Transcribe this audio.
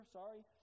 sorry